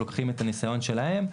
לוקחים את הניסיון שלהם,